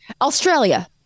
australia